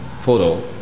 photo